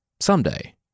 someday